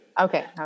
Okay